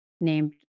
named